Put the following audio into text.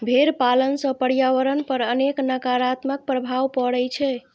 भेड़ पालन सं पर्यावरण पर अनेक नकारात्मक प्रभाव पड़ै छै